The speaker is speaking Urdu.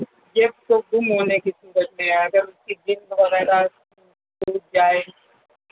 یہ تو گم ہونے کی صورت میں ہے اگر اس کی جلد وغیرہ ٹوٹ جائے